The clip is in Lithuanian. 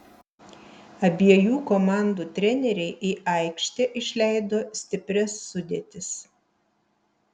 abiejų komandų treneriai į aikštę išleido stiprias sudėtis